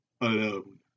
alone